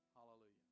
Hallelujah